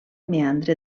meandre